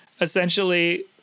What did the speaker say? essentially